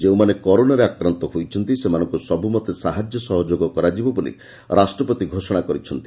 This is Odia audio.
ଯେଉଁମାନେ କରୋନାରେ ଆକ୍ରାନ୍ତ ହୋଇଛନ୍ତି ସେମାନଙ୍କୁ ସବୁମତେ ସାହାଯ୍ୟ ସହଯୋଗ କରାଯିବ ବୋଲି ରାଷ୍ଟ୍ରପତି ଘୋଷଣା କରିଛନ୍ତି